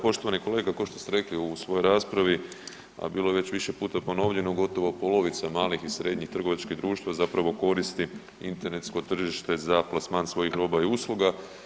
poštovani kolega košto ste rekli u svojoj raspravi, a bilo je već više puta ponovljeno, gotovo polovica malih i srednjih trgovačkih društva zapravo koristi Internetsko tržište za plasman svojih roba i usluga.